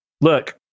look